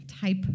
type